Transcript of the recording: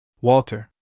Walter